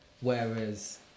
Whereas